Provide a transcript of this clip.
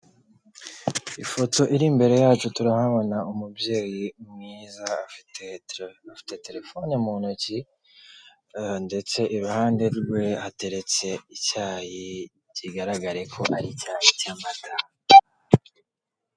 Ifoto iri imbere yacu turahabona umubyeyi mwiza afite afite telefone mu ntoki ndetse iruhande rwe hateretse icyayi kigaragare ko ari icyayi cy'amata.